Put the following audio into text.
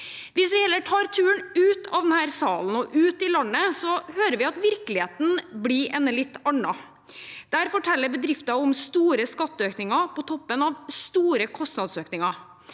Hvis vi heller tar turen ut av denne salen og ut i landet, hører vi at virkeligheten blir en litt annen. Der forteller bedrifter om store skatteøkninger på toppen av store kostnadsøkninger.